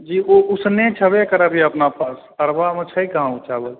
जी जी उसने छेबे करै अभी अपना पास अरबा मे छै कहाँ ओकरा लेल